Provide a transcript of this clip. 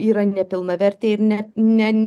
yra nepilnavertė ir ne ne